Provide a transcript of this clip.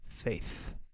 faith